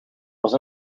was